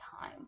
time